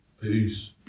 Peace